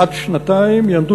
אם כן,